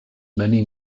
many